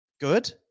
Good